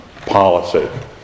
policy